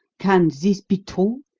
can this be true?